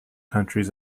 countries